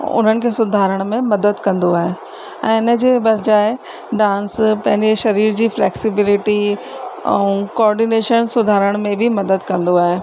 उन्हनि खे सुधारण में मदद कंदो आहे ऐं हिन जे बजाए डांस पंहिंजे शरीर जी फ्लैक्सीबिलिटी ऐं कोऑर्डिनेशन सुधारण में बि मदद कंदो आहे